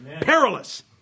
Perilous